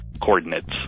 coordinates